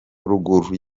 ruguru